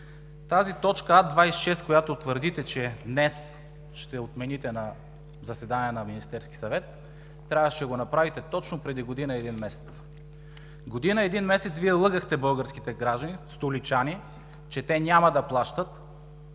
Тази точка А 26, която твърдите, че днес ще отмените на заседание на Министерския съвет, трябваше да го направите точно преди година и един месец. Година и един месец Вие лъгахте българските граждани, столичани, че те няма да плащат,